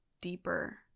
deeper